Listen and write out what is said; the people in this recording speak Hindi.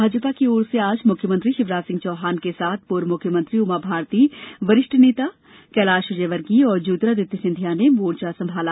भाजपा की ओर से आज मुख्यमंत्री शिवराज सिंह के साथ पूर्व मुख्यमंत्री उमाभारती वरिष्ठ नेता कैलाश विजयवर्गीय और ज्योतिरादित्य सिंधिया ने मोर्चा संभाला